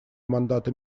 мандата